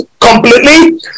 completely